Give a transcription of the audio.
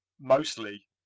mostly